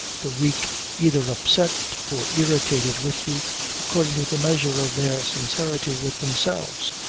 the weak either upset or irritated with you according to the measure of their sincerity with themselves.